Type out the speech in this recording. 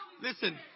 Listen